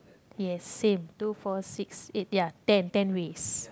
yes same two four six eight ya ten ten waste